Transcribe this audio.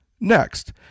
Next